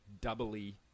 doubly